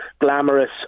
glamorous